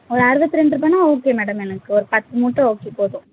ஒரு அறுபத்தி ரெண்டு ரூபான்னா ஓகே மேடம் எனக்கு ஒரு பத்து மூட்டை ஓகே போதும்